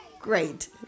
Great